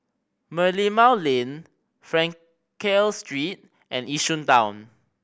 Merlimau Lane Frankel Street and Yishun Town